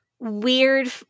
weird